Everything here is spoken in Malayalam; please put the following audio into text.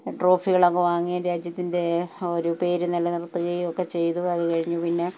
ട്രോഫികൾ ഒക്കെ വാങ്ങിയ രാജ്യത്തിൻ്റെ ഒരു പേര് നിലനിർത്തുകയും ഒക്കെ ചെയ്തു കഴിഞ്ഞു പിന്നെ